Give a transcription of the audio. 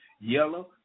yellow